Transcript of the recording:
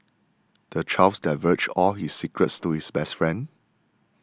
the child divulged all his secrets to his best friend